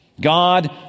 God